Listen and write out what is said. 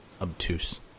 Obtuse